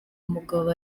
mugabo